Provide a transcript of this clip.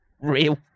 real